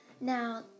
Now